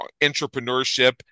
entrepreneurship